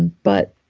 but